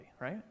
right